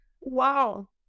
wow